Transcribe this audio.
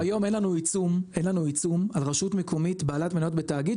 היום אין לנו עיצום אין לנו עיצום על רשות מקומית בעלת מניות בתאגיד,